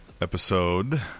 episode